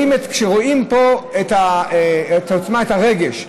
כשרואים פה את העוצמה, את הרגש,